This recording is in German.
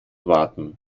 warten